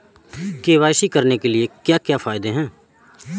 KYC करने के क्या क्या फायदे हैं?